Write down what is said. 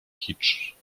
kicz